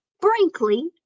brinkley